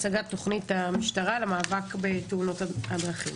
הצגת תוכנית המשטרה למאבק בתאונות הדרכים.